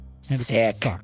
Sick